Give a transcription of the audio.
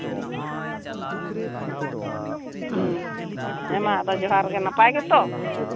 ᱦᱮᱸᱢᱟ ᱟᱫᱚ ᱡᱚᱦᱟᱨ ᱜᱮ ᱱᱟᱯᱟᱭ ᱜᱮᱛᱚ